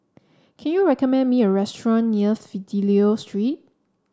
can you recommend me a restaurant near Fidelio Street